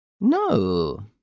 No